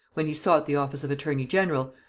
when he sought the office of attorney-general,